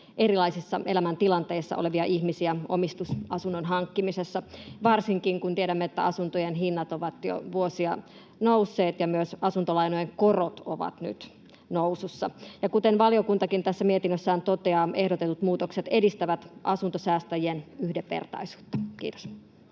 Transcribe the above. erilaisissa elämäntilanteissa olevia ihmisiä omistusasunnon hankkimisessa, varsinkin kun tiedämme, että asuntojen hinnat ovat jo vuosia nousseet ja myös asuntolainojen korot ovat nyt nousussa. Ja kuten valiokuntakin tässä mietinnössään toteaa, ehdotetut muutokset edistävät asuntosäästäjien yhdenvertaisuutta. — Kiitos.